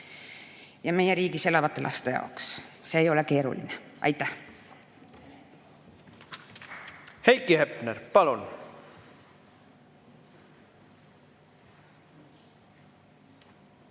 ja meie riigis elavate laste jaoks. See ei ole keeruline. Aitäh!